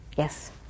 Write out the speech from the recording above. Yes